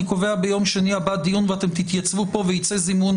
קובע ביום שני הבא דיון ואתם תתייצבו פה וייצא זימון